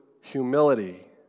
humility